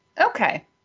Okay